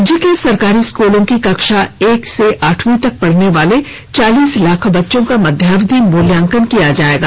राज्य के सरकारी स्कूलों की कक्षा एक से आठवीं तक पढ़ने वाले चालीस लाख बच्चों का मध्यावधि मूल्यांकन किया जाएगा